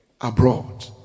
abroad